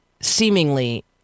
seemingly